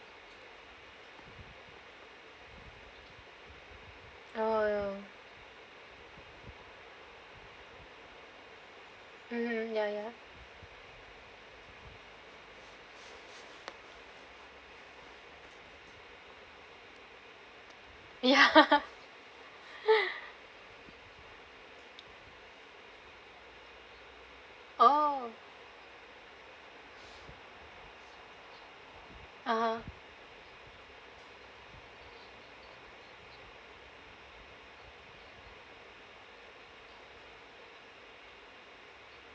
oh um ya ya ya oh mmhmm